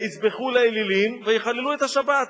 ויזבחו לאלילים ויחללו את השבת.